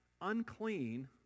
unclean